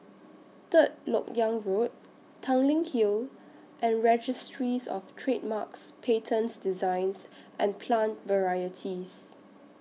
Third Lok Yang Road Tanglin Hill and Registries of Trademarks Patents Designs and Plant Varieties